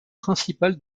principale